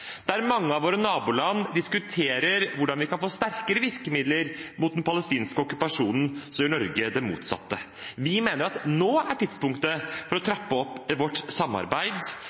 Der mange av våre naboland diskuterer hvordan vi kan få sterkere virkemidler mot den palestinske okkupasjonen, gjør Norge det motsatte. Vi mener at nå er tidspunktet for å trappe opp vårt samarbeid,